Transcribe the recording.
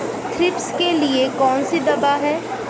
Thrips के लिए कौन सी दवा है?